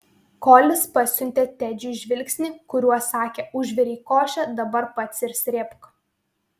kolis pasiuntė tedžiui žvilgsnį kuriuo sakė užvirei košę dabar pats ir srėbk